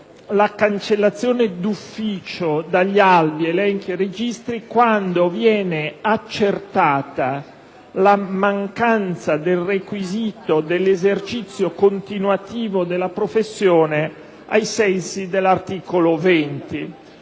la cancellazione d'ufficio dagli albi, elenchi e registri quando viene accertata la mancanza del requisito dell'esercizio continuativo della professione ai sensi dell'articolo 20.